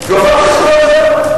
יועבר, הרזרבה.